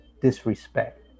disrespect